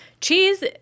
Cheese